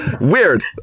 Weird